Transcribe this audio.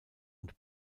und